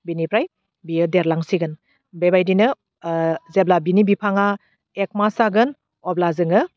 बिनिफ्राय बेयो देरलांसिगोन बेबायदिनो ओह जेब्ला बिनि बिफाङा एक मास जागोन अब्ला जोङो